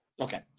Okay